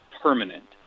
permanent